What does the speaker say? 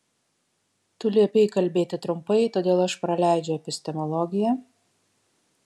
tu liepei kalbėti trumpai todėl aš praleidžiu epistemologiją